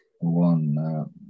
one